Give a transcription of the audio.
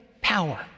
power